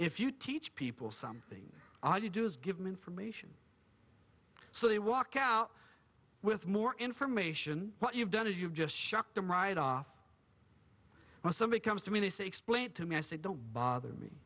if you teach people something all you do is give them information so they walk out with more information what you've done is you've just shocked them right off when somebody comes to me they say explain it to me i said don't bother me